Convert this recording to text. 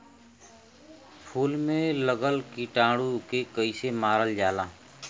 फूल में लगल कीटाणु के कैसे मारल जाला?